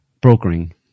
brokering